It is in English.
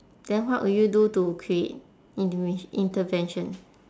then what would you to do create intervent~ intervention